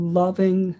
loving